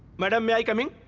madam may like i mean